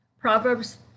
Proverbs